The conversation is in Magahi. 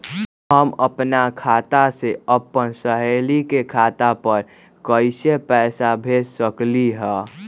हम अपना खाता से अपन सहेली के खाता पर कइसे पैसा भेज सकली ह?